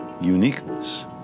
uniqueness